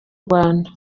rwanda